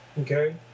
Okay